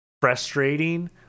frustrating